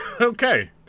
okay